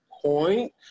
point